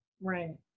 Right